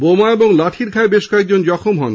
বোমা ও লাঠির ঘায়ে বেশ কয়েকজন জখম হন